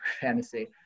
fantasy